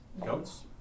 goats